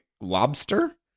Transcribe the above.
lobster